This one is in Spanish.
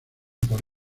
por